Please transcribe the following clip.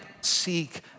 seek